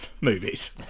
movies